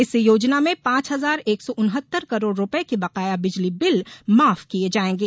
इस योजना में पांच हजार एक सौ उनहत्तर करोड़ रूपये के बकाया बिजली बिल माफ किये जायेंगे